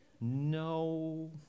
No